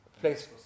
place